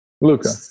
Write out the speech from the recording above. Luca